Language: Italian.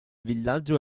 villaggio